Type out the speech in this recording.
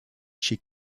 she